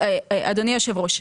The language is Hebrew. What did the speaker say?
אדוני היושב ראש,